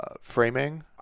framing